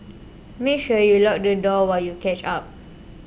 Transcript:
make sure you lock the door while you catch up